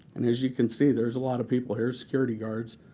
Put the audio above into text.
and as you can see, there's a lot of people. here's security guards.